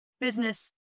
business